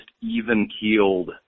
even-keeled